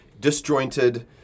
disjointed